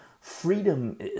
freedom